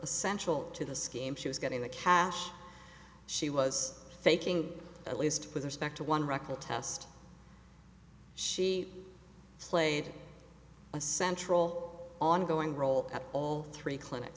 essential to the scheme she was getting the cash she was taking at least with respect to one record test she played a central ongoing role at all three clinic